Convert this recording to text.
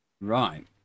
Right